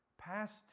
past